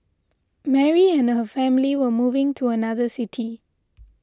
Mary and her family were moving to another city